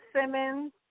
Simmons